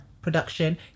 production